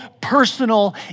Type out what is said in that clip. personal